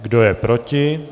Kdo je proti?